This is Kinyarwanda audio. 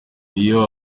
iyo